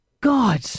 God